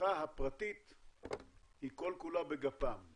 הצריכה הפרטית היא כל כולה בגפ"מ,